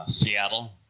Seattle